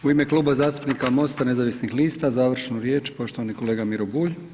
U ime Kluba zastupnika MOST-a nezavisnih lista završnu riječ poštovani kolega Miro Bulj.